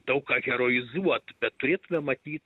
daug ką heroizuot bet turėtumėm matyt